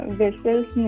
vessels